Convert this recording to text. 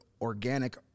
organic